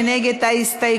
מי נגד ההסתייגות?